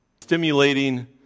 stimulating